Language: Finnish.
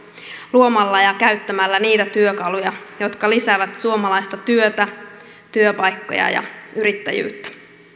luomalla ja käyttämällä niitä työkaluja jotka lisäävät suomalaista työtä työpaikkoja ja yrittäjyyttä